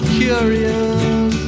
curious